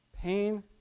pain